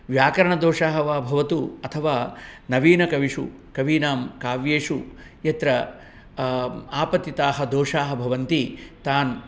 व्याकरणदोषाः वा भवतु अथवा नवीनकविषु कवीनां काव्येषु यत्र आपतिताः दोषाः भवन्ति तान्